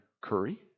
Curry